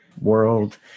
world